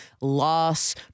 loss